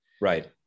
Right